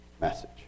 message